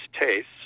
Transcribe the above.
tastes